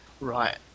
Right